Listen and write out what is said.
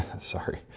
sorry